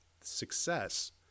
success